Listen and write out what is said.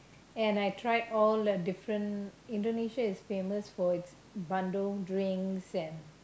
and I tried all the different Indonesia is famous for Bandung drinks and